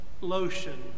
lotion